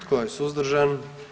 Tko je suzdržan?